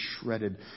shredded